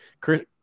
Chris